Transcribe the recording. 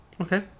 Okay